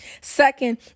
Second